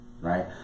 right